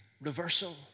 Reversal